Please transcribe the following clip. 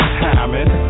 timing